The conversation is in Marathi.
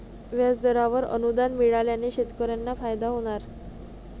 व्याजदरावर अनुदान मिळाल्याने शेतकऱ्यांना फायदा होणार